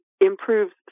improves